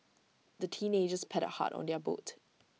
the teenagers paddled hard on their boat